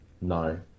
No